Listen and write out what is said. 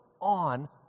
on